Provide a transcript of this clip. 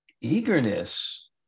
eagerness